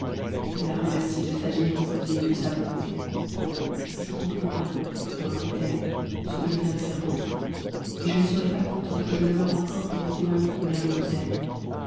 je la remerciai de sa générosité et de sa bonté je compte pour rien reprit-elle ce que je viens de faire pour vous et je ne serai pas contente que je ne meure encore pour vous témoigner combien je vous aime